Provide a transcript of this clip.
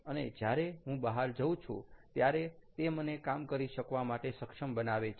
અને જ્યારે હું બહાર જઉ છું ત્યારે તે મને કામ કરી શકવા માટે સક્ષમ બનાવે છે